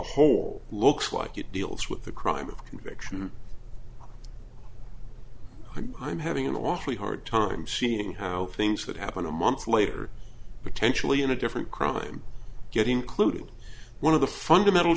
whole looks like it deals with the crime of conviction and i'm having an awfully hard time seeing how things that happened a month later potentially in a different crime getting clued one of the fundamental